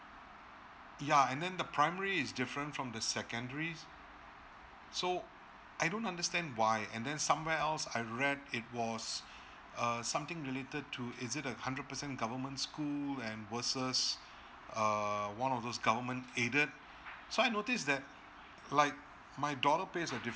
yeah and then the primary is different from the secondary so I don't understand why and then somewhere else I read it was uh something related to is it a hundred percent government school and versus uh one of those government aided so I noticed that like my daughter's pay are